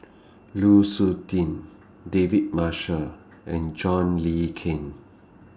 Lu Suitin David Marshall and John Le Cain